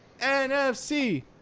NFC